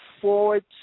forward